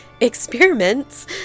experiments